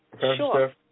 Sure